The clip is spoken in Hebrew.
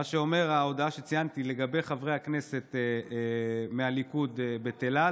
מה שאומר שההודעה שציינתי על חברי הכנסת מהליכוד בטלה,